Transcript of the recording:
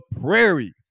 Prairie